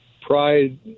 pride